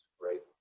right